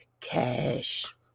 cash